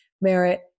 Merit